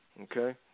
okay